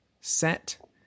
set